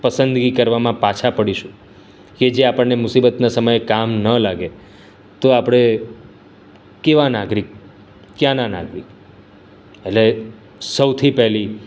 પસંદગી કરવામાં પાછા પડીશું કે જે આપણને મુસીબતના સમયે કામ ન લાગે તો આપણે કેવા નાગરિક કયાંના નાગરિક એટલે સૌથી પહેલી